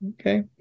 Okay